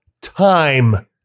Time